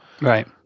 Right